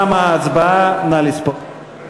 תמה ההצבעה, נא לספור.